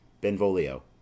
benvolio